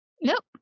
nope